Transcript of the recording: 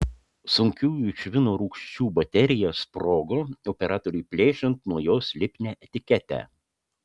sunkiųjų švino rūgščių baterija sprogo operatoriui plėšiant nuo jos lipnią etiketę